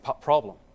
problem